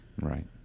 Right